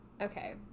Okay